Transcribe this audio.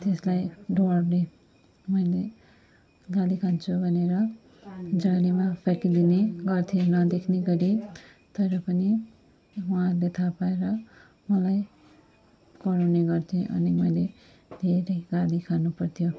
त्यसलाई डरले मैले गाली खान्छु भनेर जालीमा फ्याँकिदिने गर्थेँ नदेख्ने गरी तर पनि उहाँहरूले थाहा पाएर मलाई कराउने गर्थे अनि मैले धेरै गाली खानु पर्थ्यो